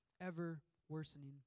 ever-worsening